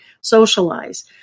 socialize